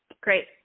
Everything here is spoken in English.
great